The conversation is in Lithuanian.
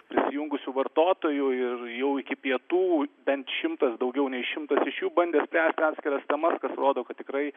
prisijungusių vartotojų ir jau iki pietų bent šimtas daugiau nei šimtas iš jų bandė spręst atskiras temas kas rodo kad tikrai